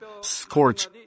scorch